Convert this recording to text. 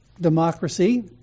democracy